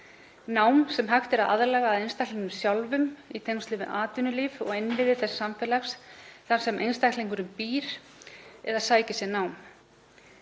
nám sem hægt er að aðlaga að einstaklingnum sjálfum í tengslum við atvinnulíf og innviði þess samfélags þar sem einstaklingurinn býr eða sækir sér nám.